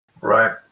right